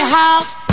house